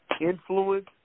influence